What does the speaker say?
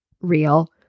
real